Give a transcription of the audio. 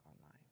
online